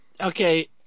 okay